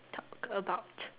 talk about